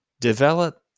develop